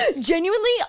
Genuinely